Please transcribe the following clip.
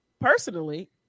personally